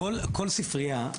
כל ספרייה,